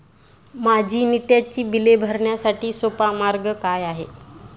माझी नित्याची बिले भरण्यासाठी सोपा मार्ग काय आहे?